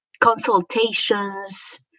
consultations